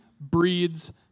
breeds